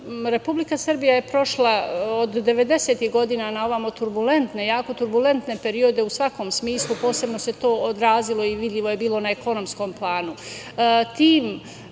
Republika Srbija je prošla od devedesetih godina na ovamo turbulentne, jako turbulentne periode u svakom smislu posebno se to odrazilo i vidljivo je bilo na ekonomskom planu.